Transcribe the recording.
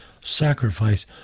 sacrifice